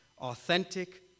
authentic